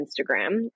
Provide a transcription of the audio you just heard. Instagram